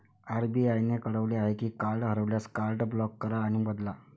RBI ने कळवले आहे की कार्ड हरवल्यास, कार्ड ब्लॉक करा आणि बदला